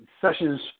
sessions